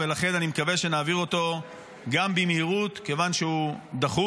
לכן אני מקווה שנעביר אותו גם במהירות כיוון שהוא דחוף.